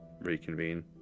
reconvene